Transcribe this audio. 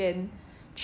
mm